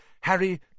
Harry